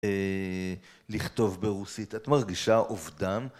לכתוב ברוסית. את מרגישה אובדן?